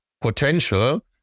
potential